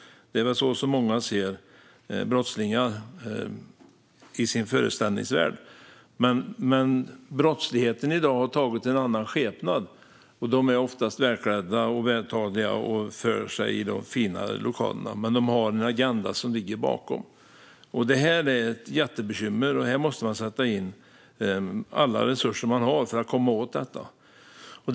Det är väl så många i sin föreställningsvärld ser brottslingar, men brottslingar i dag har tagit en annan skepnad. De är oftast välklädda och vältaliga och för sig i de fina salongerna, men de har en bakomliggande agenda. Det är ett jättebekymmer, och här måste man sätta in alla resurser som finns för att komma åt brottsligheten.